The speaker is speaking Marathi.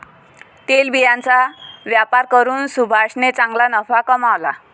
तेलबियांचा व्यापार करून सुभाषने चांगला नफा कमावला